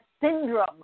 syndrome